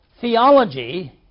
theology